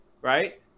right